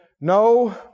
No